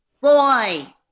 boy